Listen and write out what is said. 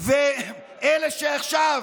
אלה שעכשיו